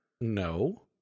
No